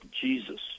Jesus